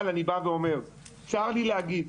אבל צר לי להגיד,